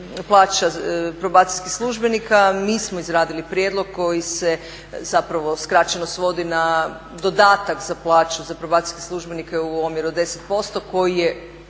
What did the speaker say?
plaća probacijskih službenika mi smo izradili prijedlog koji se zapravo skraćeno svodi na dodatak za plaće za probacijske službenike u omjeru 10% koji je